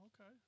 okay